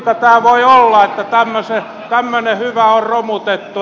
kuinka voi olla että tämmöinen hyvä on romutettu